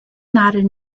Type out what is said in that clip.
nadel